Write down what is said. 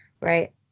Right